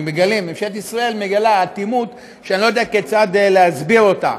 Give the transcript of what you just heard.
ממשלת ישראל מגלה אטימות שאני לא יודע כיצד להסביר אותה.